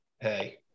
Hey